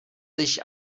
sich